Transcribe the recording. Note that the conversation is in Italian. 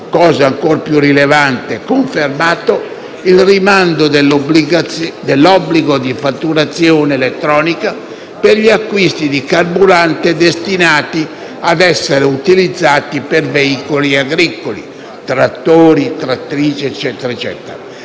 Cosa ancor più rilevante, viene poi confermato il rimando dell'obbligo di fatturazione elettronica per gli acquisti di carburanti destinati ad essere utilizzati per veicoli agricoli - trattori, trattrici